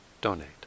donate